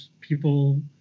people